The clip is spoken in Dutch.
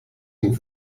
een